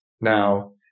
now